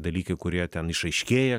dalykai kurie ten išaiškėja